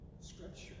Scripture